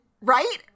Right